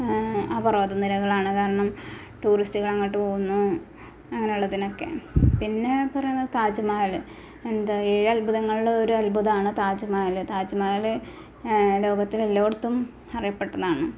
ആ പർവതനിരകളാണ് കാരണം ടൂറിസ്റ്റുകൾ അങ്ങോട്ട് പോകുന്നു അങ്ങനെയുള്ളതിനൊക്കെ പിന്നെ പറയുന്ന താജ് മഹൽ എന്താണ് ഏഴ് അത്ഭുതങ്ങളിൽ ഒരു അത്ഭുതമാണ് താജ് മഹൽ താജ് മഹൽ ലോകത്തിലെ എല്ലായിടത്തും അറിയപ്പെട്ടതാണ്